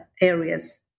areas